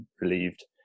relieved